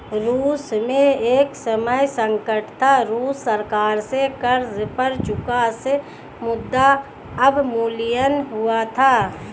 रूस में एक समय संकट था, रूसी सरकार से कर्ज पर चूक से मुद्रा अवमूल्यन हुआ था